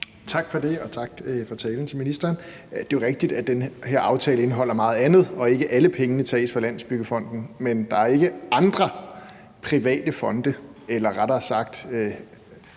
Tak for det, og tak til ministeren for talen. Det er rigtigt, at den her aftale indeholder meget andet, og at ikke alle pengene tages fra Landsbyggefonden. Men der er ikke andre private fonde eller rettere sagt